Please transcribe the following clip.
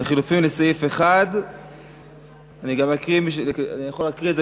לחלופין לסעיף 1. אני יכול להקריא את זה